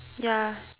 ya